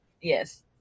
Yes